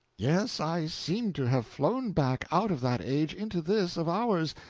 yes, i seemed to have flown back out of that age into this of ours,